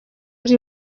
uri